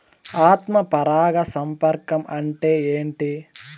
ఆత్మ పరాగ సంపర్కం అంటే ఏంటి?